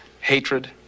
hatred